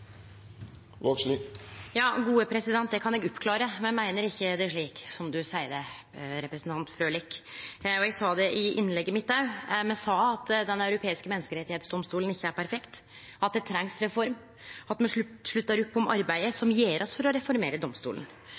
Det kan eg oppklare. Me meiner det ikkje slik som representanten Frølich sa det. Eg sa det i innlegget mitt òg. Me sa at Den europeiske menneskerettsdomstolen ikkje er perfekt, at det trengst ei reform, at me sluttar opp om arbeidet som blir gjort for å reformere domstolen,